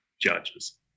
judges